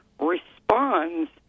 responds